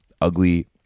ugly